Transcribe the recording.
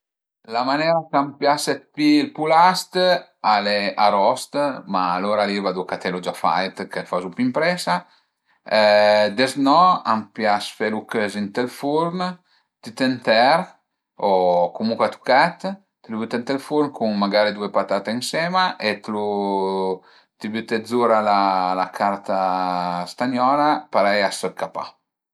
La manera ch'a m'pias dë pi êl pulast al e arost, ma alura li vadu a catelu gia fait che fazu pi ëmpresa, deznò a m'pias felu cözi ënt ël furn tüt ënter o comuncue a tuchèt, tìlu büte ënt ël furn cun magari due patate ënsema e t'lu ti büte zura la carta stagnola parei a sëca pa